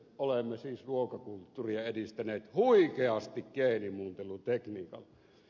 olemme siis ruokakulttuuria edistäneet huikeasti geenimuuntelutekniikalla